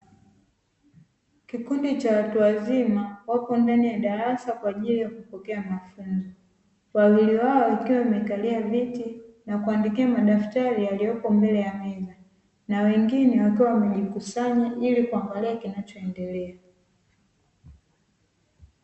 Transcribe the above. Kikundi cha watu wazima wako ndani ya darasa kwa ajili ya kupokea mafunzo, wawili wao wakiwa wamekalia viti na kuandikia madaftari yaliyoko mbele ya meza, na wengine wakiwa wamejikusanya ili kuangalia kinachoendelea.